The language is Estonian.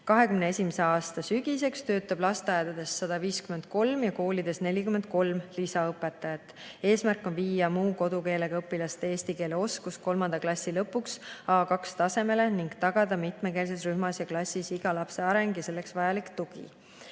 2021. aasta sügisel töötab lasteaedades 153 ja koolides 43 lisaõpetajat. Eesmärk on viia muu kodukeelega õpilaste eesti keele oskus kolmanda klassi lõpuks A2-tasemele ning tagada mitmekeelses rühmas ja klassis iga lapse areng ja selleks vajalik tugi.